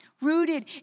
Rooted